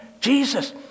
Jesus